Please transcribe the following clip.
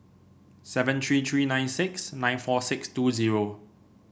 seven three three nine six nine four six two zero